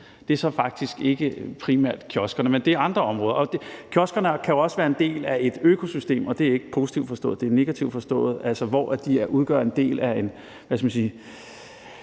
Det er så faktisk ikke primært kioskerne, men det er andre områder. Kioskerne kan jo også være en del af et økosystem – det er ikke positivt forstået, det er negativt forstået – hvor de udgør en del af en organiseret